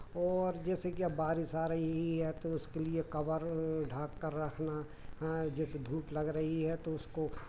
और जैसे कि अब बारिश आ रही है तो उसके लिए कवर ढँककर रखना हाँ जैसे धूप लग रही है तो उसको